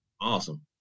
Awesome